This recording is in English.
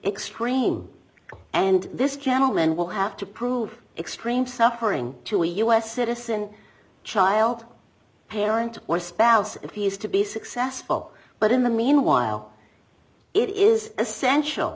extreme and this gentleman will have to prove extreme suffering to a u s citizen child parent or spouse if he is to be successful but in the meanwhile it is essential